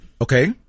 Okay